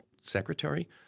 secretary